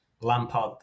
Lampard